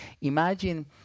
Imagine